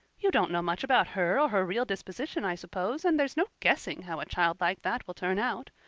you don't know much about her or her real disposition, i suppose, and there's no guessing how a child like that will turn out.